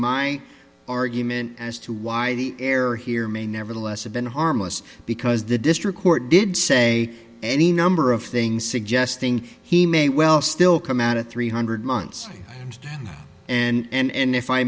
my argument as to why the error here may nevertheless have been harmless because the district court did say any number of things suggesting he may well still come out at three hundred months and stand up and if i